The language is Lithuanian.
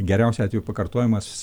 geriausiu atveju pakartojamas